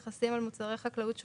ההסתייגות של חבר הכנסת טיבי.